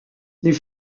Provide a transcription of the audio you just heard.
les